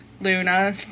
Luna